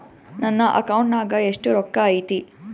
ನನ್ನ ಅಕೌಂಟ್ ನಾಗ ಎಷ್ಟು ರೊಕ್ಕ ಐತಿ?